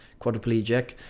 quadriplegic